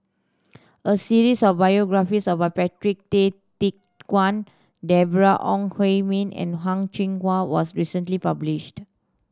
a series of biographies about Patrick Tay Teck Guan Deborah Ong Hui Min and Hang Chang Chieh was recently published